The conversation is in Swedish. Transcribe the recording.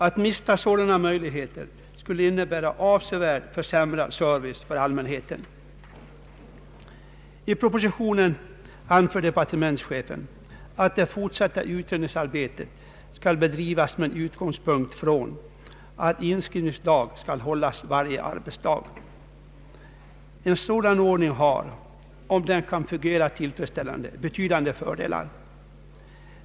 Att minska sådana hjälpmöjligheter skulle innebära avsevärt försämrad service för allmänheten. I propositionen anför departementschefen att det fortsatta utredningsarbetet skall bedrivas med utgångspunkt från att inskrivningsdag skall hållas varje arbetsdag. En sådan ordning har — om den kan fungera tillfredsställande — betydande fördelar.